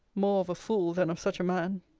more of a fool, than of such a man.